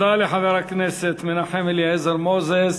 תודה לחבר הכנסת מנחם אליעזר מוזס.